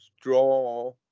draw